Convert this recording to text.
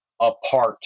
apart